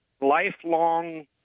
lifelong